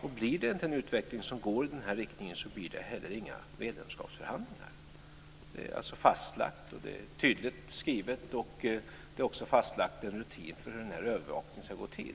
Och blir det inte en utveckling som går i den här riktningen blir det heller inga medlemskapsförhandlingar. Det är fastlagt, och det är tydligt skrivet. Det är också fastlagt en rutin för hur den här övervakningen ska gå till.